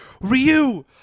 Ryu